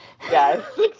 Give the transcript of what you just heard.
Yes